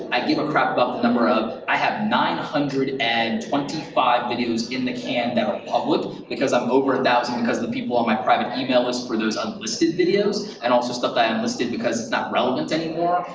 i give a crap about the number of, i have nine hundred and twenty five videos in the can that are public, because i'm over a thousand, because the people on my private email list for those unlisted videos, and also stuff that i unlisted because it's not anymore,